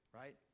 right